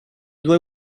due